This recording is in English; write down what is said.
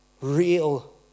real